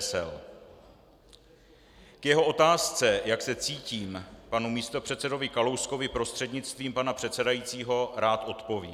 K jeho otázce, jak se cítím, panu místopředsedovi Kalouskovi prostřednictvím pana předsedajícího rád odpovím.